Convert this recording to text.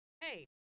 hey